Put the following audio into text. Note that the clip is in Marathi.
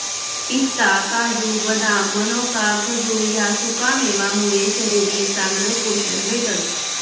पिस्ता, काजू, बदाम, मनोका, खजूर ह्या सुकामेवा मुये शरीरले चांगलं पोशन भेटस